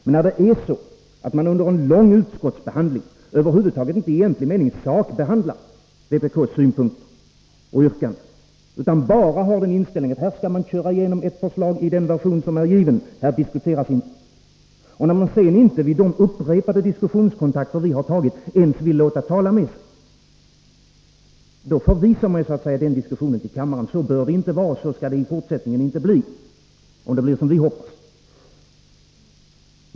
Men när man under en lång utskottsbehandling över huvud taget inte sakbehandlar vpk:s synpunkter och yrkanden utan bara har inställningen att man skall köra igenom ett förslag i den version som är given, att man inte skall diskutera, och när man sedan inte vid de upprepade diskussionskontakter vi har tagit ens vill låta tala med sig — då förvisar man diskussionen till kammaren. Så bör det inte vara och så skall det inte bli i fortsättningen, om det blir som vi hoppas.